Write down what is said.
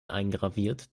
eingraviert